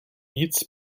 nic